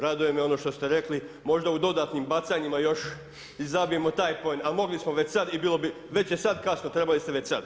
Raduje me ono što ste rekli, možda u dodatnim bacanjima još i zabijemo taj poen, a mogli smo već sad i bilo bi, već je sad kasno, trebali ste već sad.